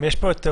כוח אדם.